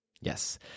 Yes